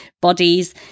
bodies